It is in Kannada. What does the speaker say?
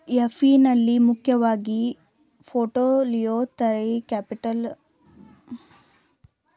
ಎಫ್.ಇ ನಲ್ಲಿ ಮುಖ್ಯವಾಗಿ portfolio theory, capital asset pricing modelling ಅನ್ನೋ ಎರಡು ವಿಧ ಇದೆ